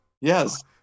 Yes